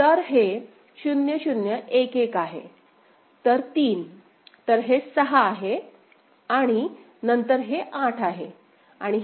तर हे 0 0 1 1 आहे तर 3 तर हे 6 आहे आणि नंतर हे 8 आहे आणि हे 9 आहे